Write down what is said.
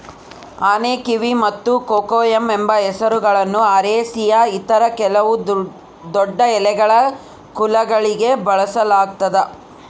ಆನೆಕಿವಿ ಮತ್ತು ಕೊಕೊಯಮ್ ಎಂಬ ಹೆಸರುಗಳನ್ನು ಅರೇಸಿಯ ಇತರ ಕೆಲವು ದೊಡ್ಡಎಲೆಗಳ ಕುಲಗಳಿಗೆ ಬಳಸಲಾಗ್ತದ